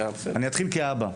אני אתחיל כאבא.